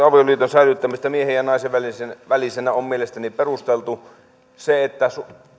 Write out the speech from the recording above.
avioliiton säilyttämisestä miehen ja naisen välisenä on mielestäni perusteltu